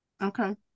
okay